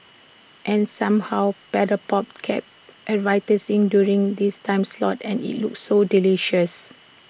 and somehow Paddle pop kept advertising during this time slot and IT looked so delicious